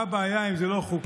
מה הבעיה אם זה לא חוקי?